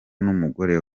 n’umugore